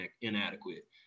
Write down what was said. inadequate